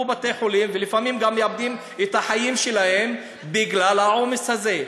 בתי-חולים ולפעמים גם מאבדים את החיים שלהם בגלל העומס הזה.